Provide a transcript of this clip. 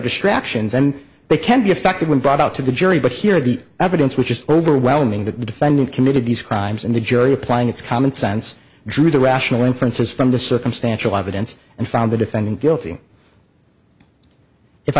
distractions and they can be affected when brought out to the jury but here the evidence which is overwhelming that the defendant committed these crimes and the jury applying its common sense drew the rational inferences from the circumstantial evidence and found the defendant guilty if